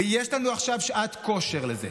יש לנו עכשיו שעת כושר לזה,